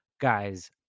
Guys